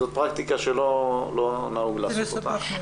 זאת פרקטיקה שלא נהוג לעשות אותה.